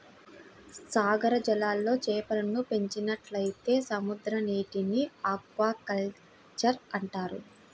సాగర జలాల్లో చేపలను పెంచినట్లయితే సముద్రనీటి ఆక్వాకల్చర్ అంటారు